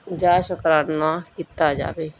ਜਾਂ ਸ਼ੁਕਰਾਨਾ ਕੀਤਾ ਜਾਵੇ